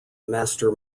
master